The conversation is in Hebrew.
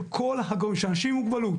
של אנשים עם מוגבלות.